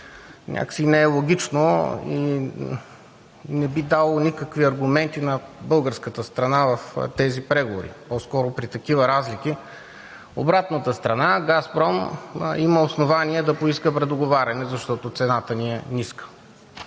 някак си не е логично и по-скоро не би дало никакви аргументи на българската страна в тези преговори при такива разлики. В обратната страна Газпром има основание да поиска предоговаряне, защото цената ни е ниска.